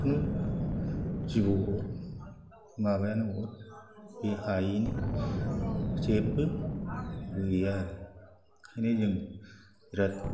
जिखुनु जिबौ अर माबायानो अर बे हायै जेब्बो गैया आरो ओंखायनो जों बिराद